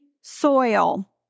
soil